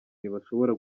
ntibashobora